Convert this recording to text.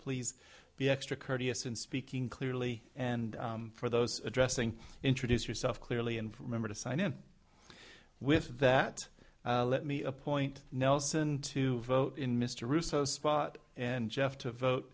please be extra courteous in speaking clearly and for those addressing introduce yourself clearly and remember to sign on with that let me appoint nelson to vote in mr russo spot and jeff to vote